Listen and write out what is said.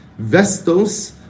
vestos